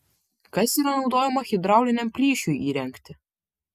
kas yra naudojama hidrauliniam plyšiui įrengti